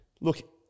look